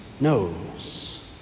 knows